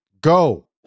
go